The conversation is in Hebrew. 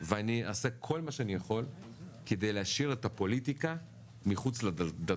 ואני אעשה כל מה שאני יכול כדי להשאיר את הפוליטיקה מחוץ לדלת.